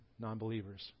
non-believers